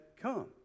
come